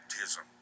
baptism